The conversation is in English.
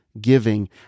giving